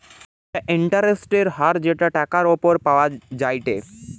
একটা ইন্টারেস্টের হার যেটা টাকার উপর পাওয়া যায়টে